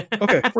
okay